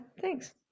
thanks